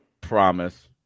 promise